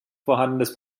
vorhandenes